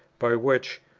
by which,